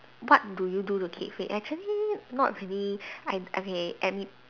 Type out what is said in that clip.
what do you do to keep fit actually not really I okay any